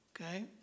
Okay